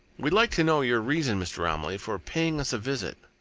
we'd like to know your reason, mr. romilly, for paying us a visit,